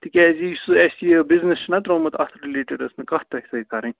تِکیٛازِ یُس سُہ اَسہِ یہِ بِزنِس چھُنہ ترٛومُت اَتھ رِلیٹٕڈ ٲس مےٚ کَتھ تۄہہِ سۭتۍ کَرٕنۍ